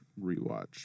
rewatch